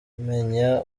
byagenze